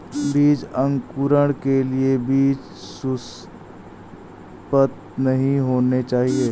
बीज अंकुरण के लिए बीज सुसप्त नहीं होना चाहिए